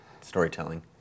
storytelling